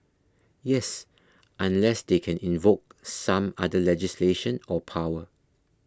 yes unless they can invoke some other legislation or power